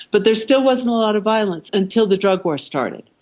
but there still wasn't a lot of violence until the drug war started,